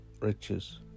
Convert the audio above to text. riches